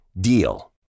DEAL